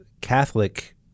Catholic